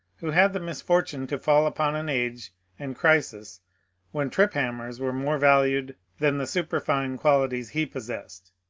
who had the misfortime to fall upon an age and crisis when triphammers were more valued than the superfine qualities he possessed.